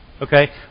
Okay